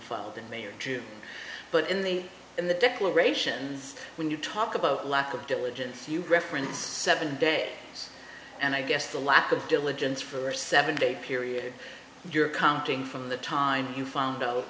t may or june but in the in the declarations when you talk about lack of diligence you reference seven day and i guess the lack of diligence for seven day period your accounting from the time you found